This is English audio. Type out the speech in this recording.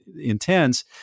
intense